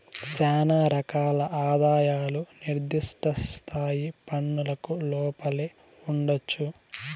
శానా రకాల ఆదాయాలు నిర్దిష్ట స్థాయి పన్నులకు లోపలే ఉండొచ్చు